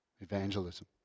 Evangelism